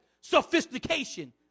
sophistication